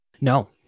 no